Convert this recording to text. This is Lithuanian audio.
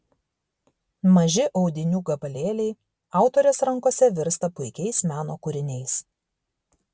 maži audinių gabalėliai autorės rankose virsta puikiais meno kūriniais